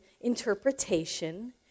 interpretation